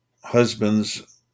husbands